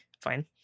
fine